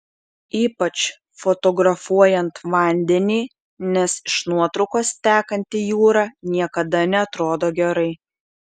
ypač fotografuojant vandenį nes iš nuotraukos tekanti jūra niekada neatrodo gerai